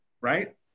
right